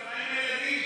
קטי, אבל מה עם הילדים?